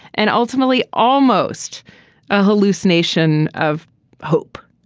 and ultimately, almost a hallucination of hope.